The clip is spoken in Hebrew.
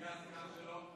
מי הסגן שלו?